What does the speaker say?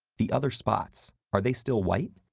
the other spots, are they still white?